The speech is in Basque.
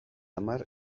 hamar